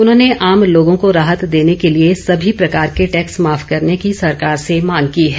उन्होंने आम लोगों को राहत देने के लिए सभी प्रकार के टैक्स माफ करने की सरकार से मांग की है